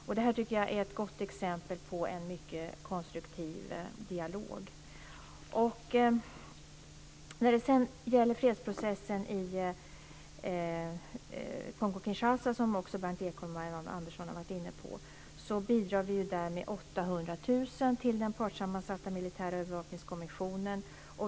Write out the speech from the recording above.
Jag tycker att detta är ett gott exempel på en mycket konstruktiv dialog. Till fredsprocessen i Kongo-Kinshasa, som också Berndt Ekholm och Marianne Andersson har varit inne på, bidrar vi med 800 000 kr för den partssammansatta militära övervakningskommissionen.